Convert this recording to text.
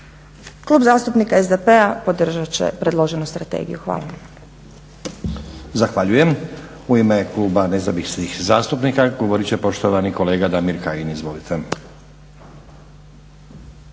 Klub zastupnika SDP-a podržat će predloženu strategiju. Hvala. **Stazić, Nenad (SDP)** Zahvaljujem. U ime Kluba Nezavisnih zastupnika govorit će poštovani kolega Damir Kajin. Izvolite.